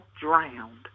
drowned